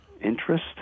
interest